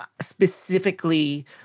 specifically